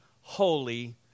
holy